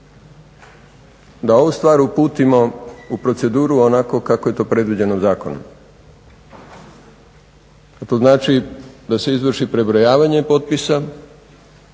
da ovu stvar uputimo u proceduru onako kako je to predviđeno zakonom a to znači da se izvrši prebrojavanje potpisa,